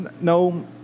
No